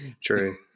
true